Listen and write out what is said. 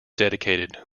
dedicated